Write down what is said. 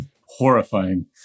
Horrifying